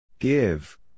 Give